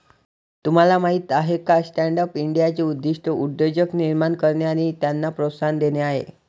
तुम्हाला माहीत आहे का स्टँडअप इंडियाचे उद्दिष्ट उद्योजक निर्माण करणे आणि त्यांना प्रोत्साहन देणे आहे